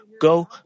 Go